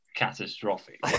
catastrophic